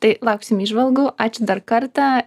tai lauksim įžvalgų ačiū dar kartą